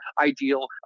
ideal